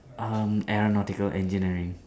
um aeronautical engineering